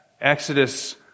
Exodus